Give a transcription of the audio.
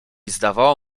zdawało